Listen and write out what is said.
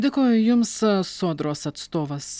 dėkoju jums sodros atstovas